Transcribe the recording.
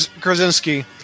Krasinski